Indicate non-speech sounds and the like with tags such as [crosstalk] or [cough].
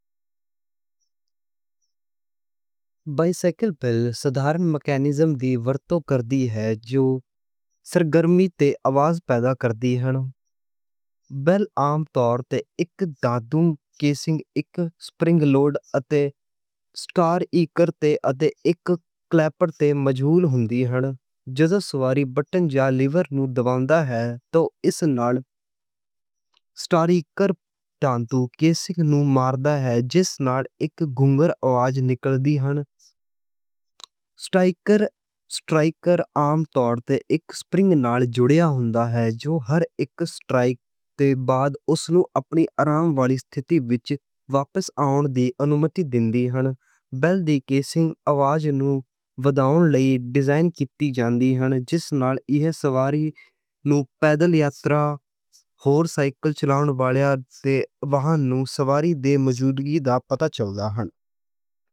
بائسیکل بیل سادہ میکانزم دی ورتوں کردی ہے۔ جو سرگرمی تے آواز پیدا کردی ہے۔ بیل عام طور تے اک کیسِنگ، اک سپرنگ لوڈ، اتے سٹرائیکر، اتے اک کلاپر تے موجود ہندی ہے۔ جو سواری بٹن جا لیور نوں دباتا ہے۔ تے اس نال سٹرائیکر کیسِنگ نوں ماردا ہے۔ جس نال اک گھنجر آواز نکل دی ہے۔ [hesitation] سٹرائیکر عام طور تے اک سپرنگ نال جوڑیا ہوندا ہے۔ جو ہر اک سٹرائک تے بعد اس نوں اپنی آرام والی ستِتی وچ واپس آؤن دی انومتی دیندا ہے۔ بیل دی کیسِنگ آواز نوں وادھان لئی ڈیزائن کِیتی جاندی ہے۔ جس نال اک سواری نوں پیدل یاترا [hesitation] تے سائیکل چلاؤن والے دے راہ نوں سواری دی موجودگی دا پتا چلدا ہے۔